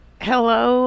Hello